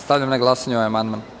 Stavljam na glasanje ovaj amandman.